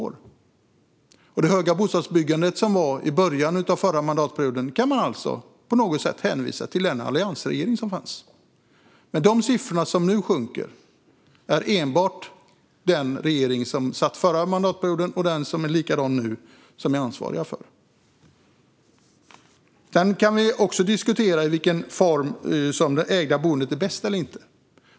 När det gäller det stora bostadsbyggandet som skedde i början av förra mandatperioden kan man alltså på något sätt hänvisa till den dåvarande alliansregeringen. De siffror för byggandet som nu sjunker är enbart den regering som satt under den förra mandatperioden och som nu sitter ansvarig för. Vi kan också diskutera om det ägda boendet är bäst eller inte.